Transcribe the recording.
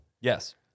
Yes